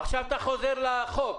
עכשיו אתה חוזר לחוק.